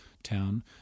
town